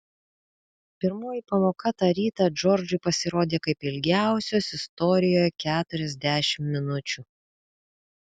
pirmoji pamoka tą rytą džordžui pasirodė kaip ilgiausios istorijoje keturiasdešimt minučių